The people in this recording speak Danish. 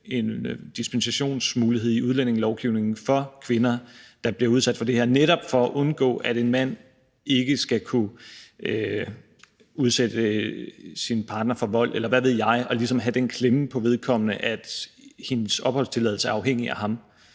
en dispensationsmulighed i udlændingelovgivningen for kvinder, der bliver udsat for det her, netop for at undgå, at en mand kan udsætte sin partner for vold, eller hvad ved jeg, og ligesom have den klemme på vedkommende, at hendes opholdstilladelse er afhængig af ham.